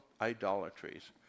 idolatries